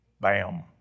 Bam